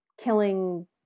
killing